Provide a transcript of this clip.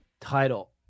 Title